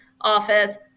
office